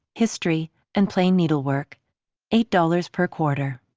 history and plain needle-work eight dollars per quarter.